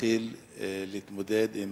שנתחיל להתמודד עם